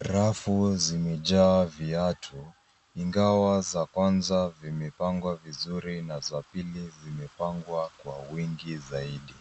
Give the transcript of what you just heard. Rafu zimejaa viatu ingawa za kwanza zimepangwa vizuri na za pili zimepangwa kwa wingi zaidi.